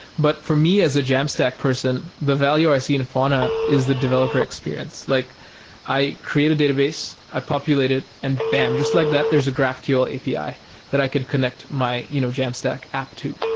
but for me as a jamstack person, the value i see in fauna is the developer experience. like i create a database, i populate it and, bam! just like that, there's a graphql api that i can connect my you know jamstack app to.